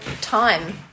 time